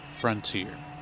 Frontier